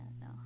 No